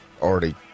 already